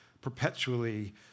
perpetually